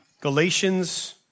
Galatians